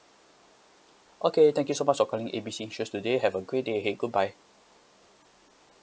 okay thank you so much for calling A B C insurance today have a great day ahead goodbye